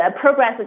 progress